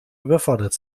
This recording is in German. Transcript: überfordert